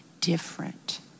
different